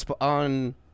on